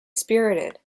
spirited